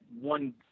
one